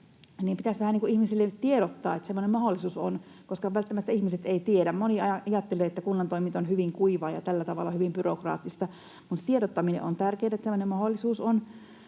vähän ihmisille tiedottaa, että semmoinen mahdollisuus on, koska välttämättä ihmiset eivät tiedä. Moni ajattelee, että kunnan toiminta on hyvin kuivaa ja tällä tavalla hyvin byrokraattista, mutta se tiedottaminen on tärkeätä, että tämmöinen mahdollisuus on.